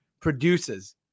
produces